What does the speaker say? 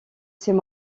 c’est